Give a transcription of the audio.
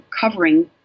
covering